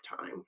time